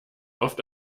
oft